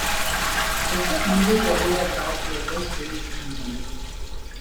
kokie būdai padėjo atgauti jėgas bilui klintonui